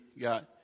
got